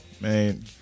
Man